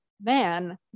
man